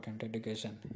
education